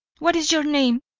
what is your name?